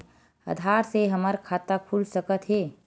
आधार से हमर खाता खुल सकत हे?